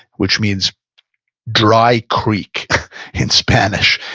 which means dry creek in spanish.